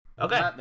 Okay